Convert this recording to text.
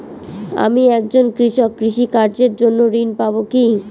আমি একজন কৃষক কৃষি কার্যের জন্য ঋণ পাব কি?